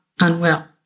unwell